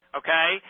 okay